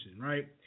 Right